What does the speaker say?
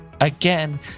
again